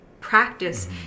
practice